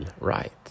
right